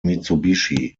mitsubishi